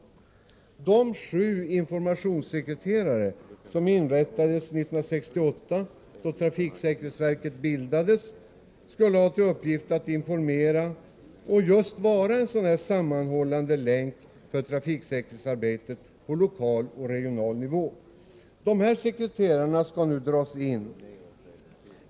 Innehavarna av de sju tjänster för informationssekreterare som inrättades 1968, då trafiksäkerhetsverket bildades, skulle ha till uppgift att informera och just vara en sammanhållande länk för trafiksäkerhetsarbetet på lokal och regional nivå. Dessa tjänster skall nu dras in.